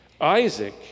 Isaac